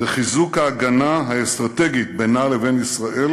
וחיזוק ההגנה האסטרטגית בינה לבין ישראל